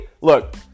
look